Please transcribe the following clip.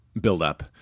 buildup